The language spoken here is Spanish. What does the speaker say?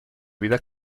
vida